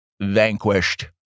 vanquished